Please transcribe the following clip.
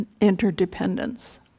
interdependence